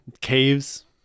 Caves